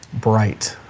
bright